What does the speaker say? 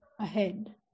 ahead